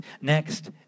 Next